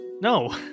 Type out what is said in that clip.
No